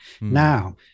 now